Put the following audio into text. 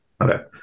Okay